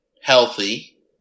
healthy